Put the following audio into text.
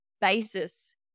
basis